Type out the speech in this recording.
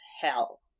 hell